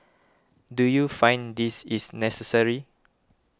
do you find this is necessary